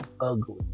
ugly